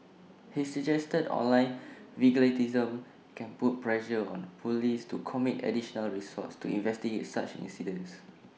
he suggested online vigilantism can put pressure on Police to commit additional resources to investigate such incidents